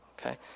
Okay